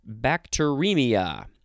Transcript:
Bacteremia